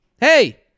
Hey